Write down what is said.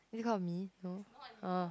is it cause of me no ah